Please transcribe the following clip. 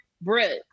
Brooks